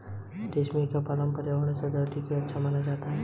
रेशमकीट पालन पर्यावरण सृजन के लिए अच्छा माना जाता है